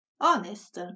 Honest